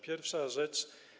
Pierwsza rzecz.